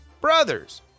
Brothers